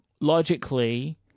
logically